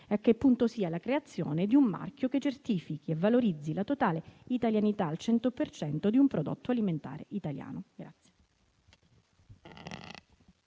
a che punto sia la creazione di un marchio che certifichi e valorizzi la totale italianità al 100 per cento di un prodotto alimentare italiano.